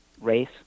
race